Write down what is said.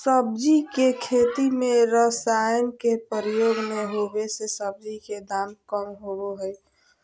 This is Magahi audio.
सब्जी के खेती में रसायन के प्रयोग नै होबै से सब्जी के दाम कम होबो हइ